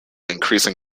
increasing